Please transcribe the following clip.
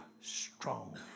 strong